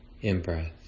in-breath